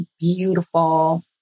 beautiful